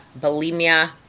bulimia